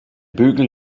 bügel